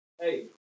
Hey